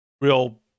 real